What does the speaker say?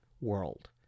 world